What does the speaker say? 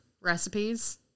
recipes